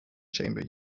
chamber